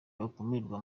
bakumirwa